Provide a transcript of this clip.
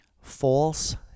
false